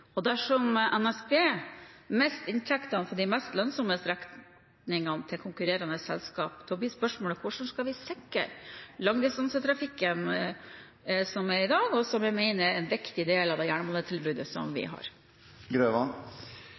drive. Dersom NSB mister inntektene av de mest lønnsomme strekningene til konkurrerende selskaper, blir spørsmålet: Hvordan skal vi sikre langdistansetrafikken som er i dag, og som vi mener er en viktig del av det jernbanetilbudet vi har?